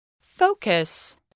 Focus